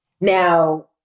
Now